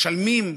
משלמים.